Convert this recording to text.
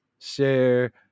Share